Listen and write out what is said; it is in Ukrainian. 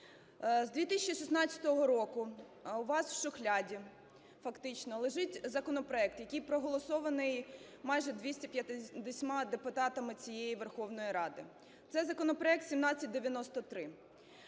З 2016 року у вас в шухляді фактично лежить законопроект, який проголосований майже 250 депутатами цієї Верховної Ради - це законопроект 1793.